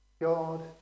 God